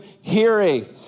hearing